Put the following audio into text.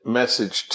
message